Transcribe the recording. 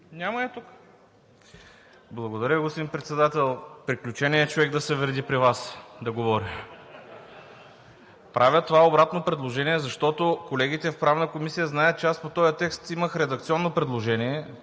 ХАМИД (ДПС): Благодаря, господин Председател. Приключение е човек да се вреди при Вас – да говори. Правя това обратно предложение, защото колегите в Правната комисия знаят, че по този текст имах редакционно предложение